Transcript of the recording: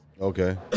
Okay